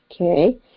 okay